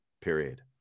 period